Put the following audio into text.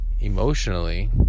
Emotionally